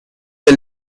the